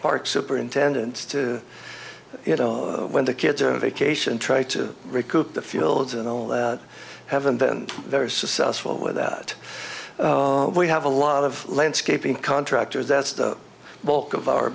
park superintendent to you know when the kids are vacation try to recoup the fields and all the haven't been very successful with that we have a lot of landscaping contractors that's the bulk of our